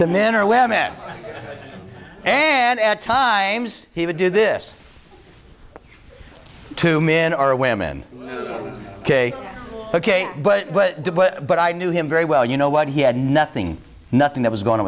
to men or women and at times he would do this to minara women ok ok but but but i knew him very well you know what he had nothing nothing that was going